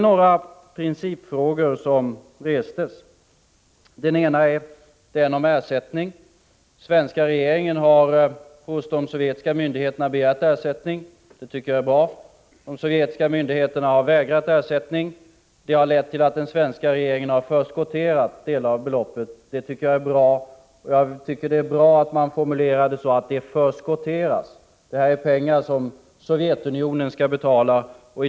Några principfrågor har rests. För det första gäller det ersättningen. Den svenska regeringen har hos de sovjetiska myndigheterna begärt ersättning. Det tycker jag är bra. Men de sovjetiska myndigheterna har vägrat att gå med på ersättning. Det har lett till att den svenska regeringen förskotterat en del av beloppet i fråga. Det tycker jag är bra. Dessutom tycker jag att det är bra att man använder formuleringen ”förskotteras”. Det gäller ju pengar som Sovjetunionen skall betala.